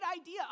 idea